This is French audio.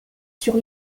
sur